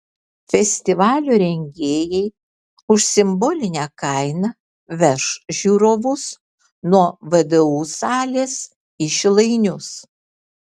festivalio rengėjai už simbolinę kainą veš žiūrovus nuo vdu salės į šilainius